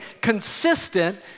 consistent